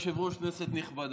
כבוד היושב-ראש, כנסת נכבדה,